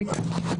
הישיבה